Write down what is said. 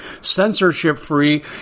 censorship-free